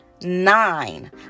nine